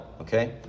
okay